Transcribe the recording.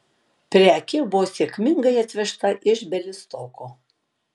prekė buvo sėkmingai atvežta iš bialystoko